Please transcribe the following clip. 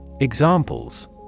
Examples